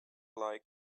like